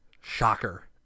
shocker